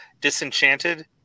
Disenchanted